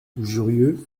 jurieu